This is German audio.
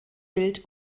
bild